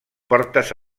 portes